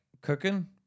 cooking